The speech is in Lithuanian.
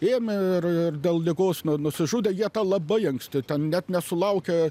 ėmė ir ir dėl ligos nusižudė jie tą labai anksti ten net nesulaukę